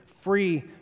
free